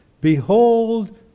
Behold